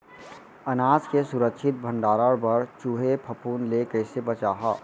अनाज के सुरक्षित भण्डारण बर चूहे, फफूंद ले कैसे बचाहा?